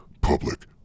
Public